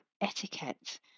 etiquette